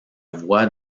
voix